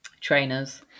Trainers